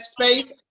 space